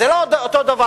אז זה לא אותו הדבר.